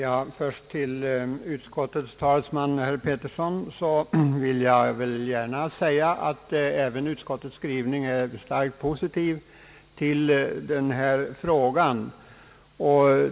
Herr talman! Till utskottets talesman herr Petersson vill jag gärna säga att även utskottets skrivning är starkt positiv i det här stycket.